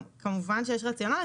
כמובן שיש רציונל.